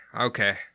okay